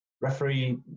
referee